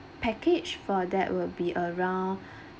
package for that will be around